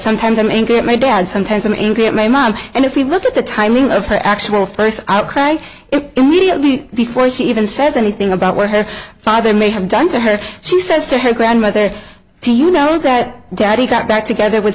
sometimes i'm angry at my dad sometimes i'm angry at my mom and if you look at the timing of her actual first outcry immediately before she even says anything about what her father may have done to her she says to her grandmother do you know that daddy got back together with